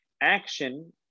Action